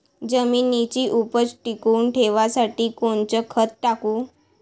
जमिनीची उपज टिकून ठेवासाठी कोनचं खत टाकू?